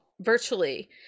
virtually